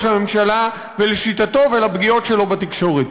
הממשלה ולשיטתו ולפגיעות שלו בתקשורת.